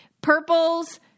Purple's